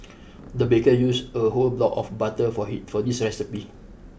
the baker used a whole block of butter for he for this recipe